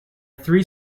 three